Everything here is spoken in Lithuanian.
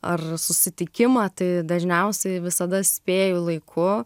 ar susitikimą tai dažniausiai visada spėju laiku